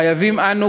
חייבים אנו,